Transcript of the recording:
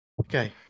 Okay